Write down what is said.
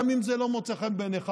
גם אם זה לא מוצא חן בעיניך,